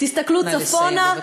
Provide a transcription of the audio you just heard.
תסתכלו צפונה, נא לסיים.